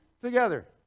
together